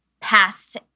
past